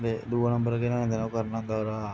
ते दूऐ नंबर ओह् केह् ना करना होंदा जेह्ड़ा